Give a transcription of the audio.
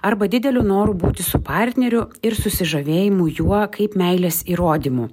arba dideliu noru būti su partneriu ir susižavėjimu juo kaip meilės įrodymu